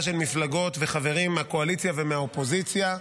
של מפלגות ושל חברים מהקואליציה ומהאופוזיציה.